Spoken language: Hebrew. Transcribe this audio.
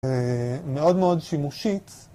מאוד מאוד שימושית